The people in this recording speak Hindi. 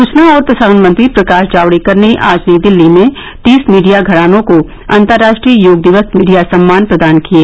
सूचना और प्रसारण मंत्री प्रकाश जावड़ेकर ने आज नई दिल्ली में तीस मीडिया घरानों को अंतर्राष्ट्रीय योग दिवस मीडिया सम्मान प्रदान किये